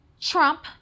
trump